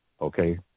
Okay